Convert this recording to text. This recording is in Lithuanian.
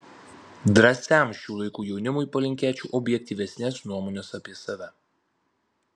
drąsiam šių laikų jaunimui palinkėčiau objektyvesnės nuomonės apie save